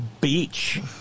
beach